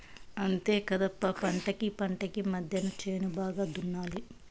అంతేకాదప్ప పంటకీ పంటకీ మద్దెన చేను బాగా దున్నాలి